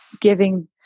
giving